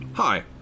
Hi